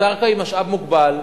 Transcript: הקרקע היא משאב מוגבל.